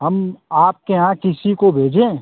हम आपके यहाँ किसी को भेजें